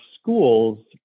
schools